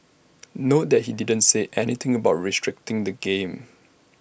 note that he didn't say anything about restricting the game